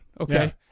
okay